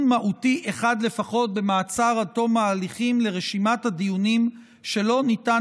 מהותי אחד לפחות במעצר עד תום ההליכים לרשימת הדיונים שלא ניתן